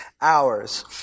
hours